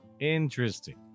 Interesting